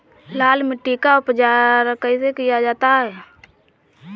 लाल मिट्टी का उपचार कैसे किया जाता है?